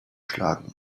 schlagen